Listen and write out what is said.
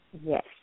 Yes